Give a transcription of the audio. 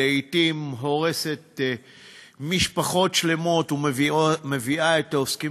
לפעמים הורסת משפחות שלמות ומביאה את העוסקים